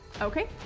Okay